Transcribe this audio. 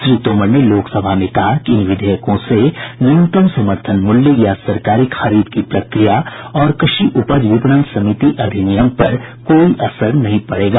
श्री तोमर ने लोकसभा में कहा कि इन विधेयकों से न्यूनतम समर्थन मूल्य या सरकारी खरीद की प्रक्रिया और कृषि उपज विपणन समिति अधिनियम पर कोई असर नहीं पड़ेगा